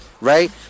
right